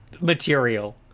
material